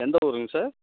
எந்த ஊருங்க சார்